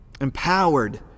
Empowered